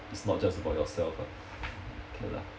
it's not just about yourself ah okay lah